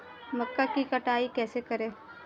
मक्का की कटाई कैसे करें?